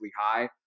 high